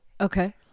Okay